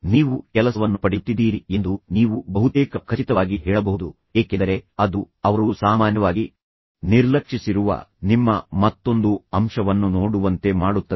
ನೀವು ಕೆಲಸವನ್ನು ಪಡೆಯುತ್ತಿದ್ದೀರಿ ಎಂದು ನೀವು ಬಹುತೇಕ ಖಚಿತವಾಗಿ ಹೇಳಬಹುದು ಏಕೆಂದರೆ ಅದು ಅವರು ಸಾಮಾನ್ಯವಾಗಿ ನಿರ್ಲಕ್ಷಿಸಿರುವ ನಿಮ್ಮ ಮತ್ತೊಂದು ಅಂಶವನ್ನು ನೋಡುವಂತೆ ಮಾಡುತ್ತದೆ